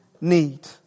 need